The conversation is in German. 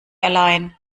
allein